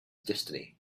destiny